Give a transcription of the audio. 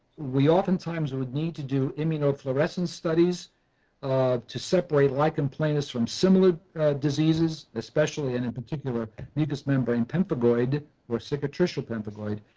we oftentimes would need to do immunofluorescence studies um to separate lichen planus from similar diseases especially and in particular mucous membrane pemphigoid or cicatricial pemphigoid.